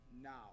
now